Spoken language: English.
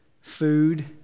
food